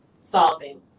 solving